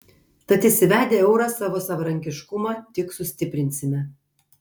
tad įsivedę eurą savo savarankiškumą tik sustiprinsime